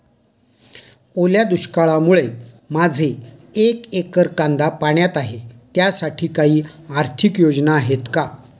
ओल्या दुष्काळामुळे माझे एक एकर कांदा पाण्यात आहे त्यासाठी काही आर्थिक योजना आहेत का?